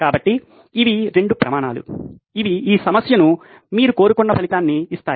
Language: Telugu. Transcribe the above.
కాబట్టి ఇవి 2 ప్రమాణాలు ఇవి ఈ సమస్యలో మీరు కోరుకున్న ఫలితాన్ని ఇస్తాయి